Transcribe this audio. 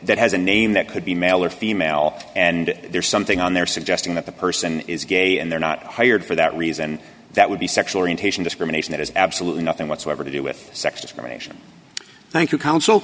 that has a name that could be male or female and there's something on there suggesting that the person is gay and they're not hired for that reason that would be sexual orientation discrimination it has absolutely nothing whatsoever to do with sex discrimination thank you counsel